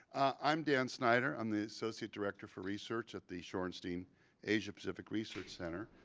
i'm dan sneider. i'm the associate director for research at the shorenstein asia pacific research center.